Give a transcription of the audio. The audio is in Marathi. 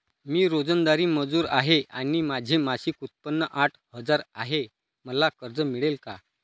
मी रोजंदारी मजूर आहे आणि माझे मासिक उत्त्पन्न आठ हजार आहे, मला कर्ज मिळेल का?